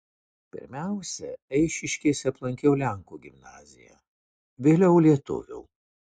pirmiausia eišiškėse aplankiau lenkų gimnaziją vėliau lietuvių